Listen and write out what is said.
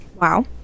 wow